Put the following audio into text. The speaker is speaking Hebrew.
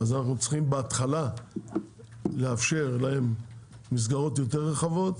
אז בהתחלה אנחנו צריכים לאפשר להם מסגרות יותר רחבות,